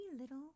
little